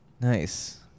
Nice